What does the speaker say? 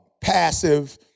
passive